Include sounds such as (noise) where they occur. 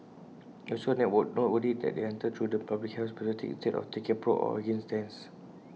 (noise) it's also noteworthy that they entered through the public health perspective instead of taking A pro or against stance